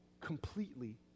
completely